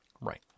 Right